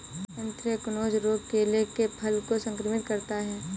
anthracnose रोग केले के फल को संक्रमित करता है